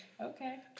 Okay